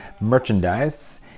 merchandise